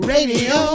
Radio